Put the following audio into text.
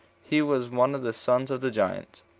he was one of the sons of the giants.